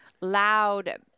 loud